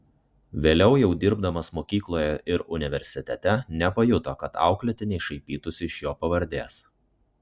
vėliau jau dirbdamas mokykloje ir universitete nepajuto kad auklėtiniai šaipytųsi iš jo pavardės